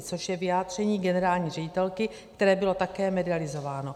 Což je vyjádření generální ředitelky, které bylo také medializováno.